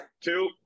Two